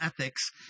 ethics